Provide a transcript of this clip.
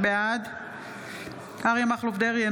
בעד אריה מכלוף דרעי,